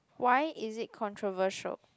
why is it controversial